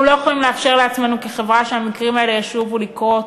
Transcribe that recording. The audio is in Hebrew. אנחנו לא יכולים לאפשר לעצמנו כחברה שהמקרים האלה ישובו לקרות.